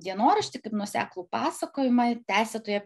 dienoraštį kaip nuoseklų pasakojimą tęsė toje